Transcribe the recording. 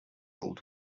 old